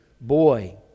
boy